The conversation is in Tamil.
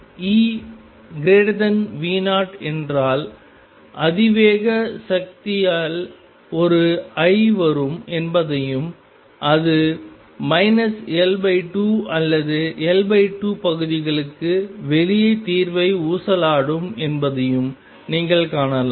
EV0 என்றால் அதிவேக சக்தியில் ஒரு i வரும் என்பதையும் அது L2 அல்லது L2 பகுதிகளுக்கு வெளியே தீர்வை ஊசலாடும் என்பதையும் நீங்கள் காணலாம்